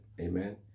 amen